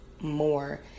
more